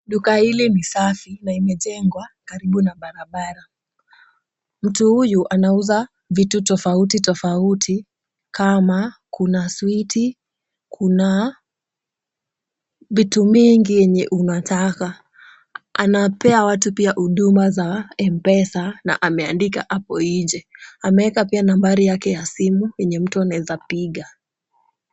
Duka hili ni safi na imejengwa karibu na barabara. Mtu huyu anauza vitu tofauti tofauti kama kuna switi , kuna vitu mingi yenye unataka. Anapea watu pia huduma za M-Pesa na ameandika hapo nje. Ameeka pia nambari yake ya simu yenye mtu anaeza piga.